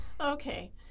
Okay